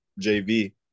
JV